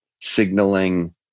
signaling